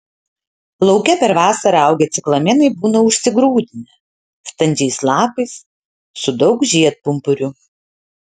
lauke per vasarą augę ciklamenai būna užsigrūdinę standžiais lapais su daug žiedpumpurių